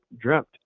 dreamt